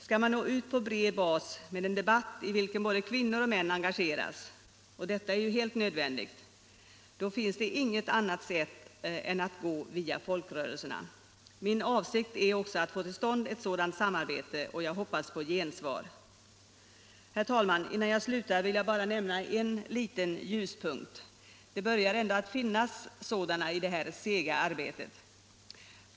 Skall man nå ut på bred bas med en debatt i vilken både kvinnor och män engageras — och detta är helt nödvändigt —- då finns det inget annat sätt än att gå via folkrörelserna. Min avsikt är att försöka få till stånd ett sådant samarbete, och jag hoppas på gensvar. Herr talman! Innan jag slutar vill jag bara nämna en liten ljuspunkt. Det börjar ändå finnas sådana i det här sega arbetet.